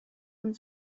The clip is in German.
uns